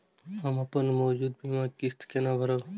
हम अपन मौजूद बीमा किस्त केना भरब?